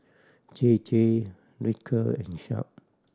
J J Ripcurl and Sharp